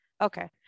Okay